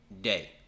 day